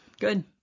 Good